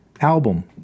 album